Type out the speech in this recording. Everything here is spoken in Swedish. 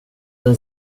den